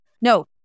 No